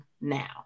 now